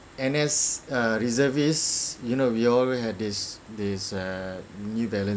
N_S err reservist you know we all had this this err new balance